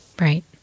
Right